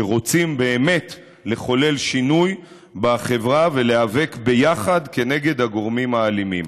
שרוצים באמת לחולל שינוי בחברה ולהיאבק ביחד כנגד הגורמים האלימים.